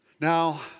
Now